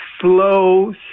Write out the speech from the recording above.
slow